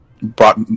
brought